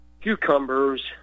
cucumbers